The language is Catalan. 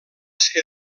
ser